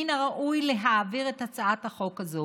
מן הראוי להעביר את הצעת החוק הזאת,